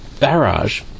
Barrage